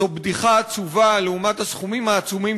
זו בדיחה עצובה לעומת הסכומים העצומים